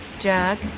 Jack